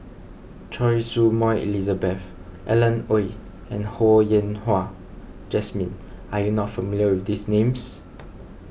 Choy Su Moi Elizabeth Alan Oei and Ho Yen Wah Jesmine are you not familiar with these names